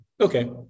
Okay